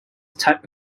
type